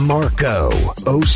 Marco